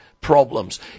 problems